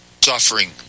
suffering